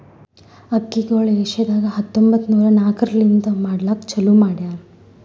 ಅಕ್ಕಿಗೊಳ್ ಏಷ್ಯಾದಾಗ್ ಹತ್ತೊಂಬತ್ತು ನೂರಾ ನಾಕರ್ಲಿಂತ್ ಮಾಡ್ಲುಕ್ ಚಾಲೂ ಮಾಡ್ಯಾರ್